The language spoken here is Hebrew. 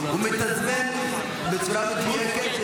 הוא מתזמן בצורה מדויקת.